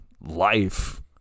life